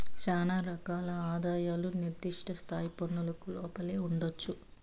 శానా రకాల ఆదాయాలు నిర్దిష్ట స్థాయి పన్నులకు లోపలే ఉండొచ్చు